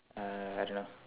uh I don't know